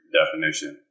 definition